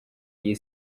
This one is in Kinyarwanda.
iyi